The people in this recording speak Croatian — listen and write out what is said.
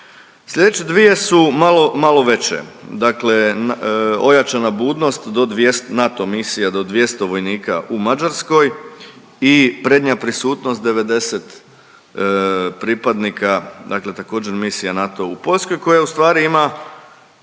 Sljedeće dvije su malo, malo veće. Dakle ojačana budnost do .../nerazumljivo/... NATO misija do 200 vojnika u Mađarskoj i prednja prisutnost 90 pripadnika dakle također misija NATO-a u Poljskoj koja ustvari ima